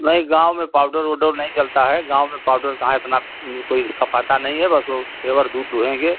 नहीं गाँव में पाउडर ओडर नहीं चलता है गाँव में पाउडर कहाँ इतना कोई का पता नहीं है बस वो पेवर दूध दुहेंगे